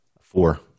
Four